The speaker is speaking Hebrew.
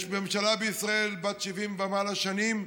יש ממשלה בישראל, בת 70 ומעלה שנים,